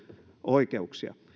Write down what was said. oikeuksia